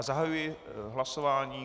Zahajuji hlasování.